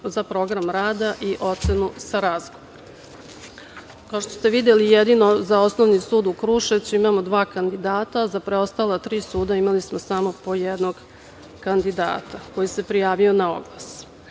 za program rada i ocenu sa razgovora. Kao što ste videli, jedino za Osnovni sud u Kruševcu imamo dva kandidata, a za preostala tri suda imali smo samo po jednog kandidata koji se prijavio na oglas. Ja